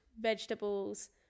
vegetables